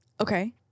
Okay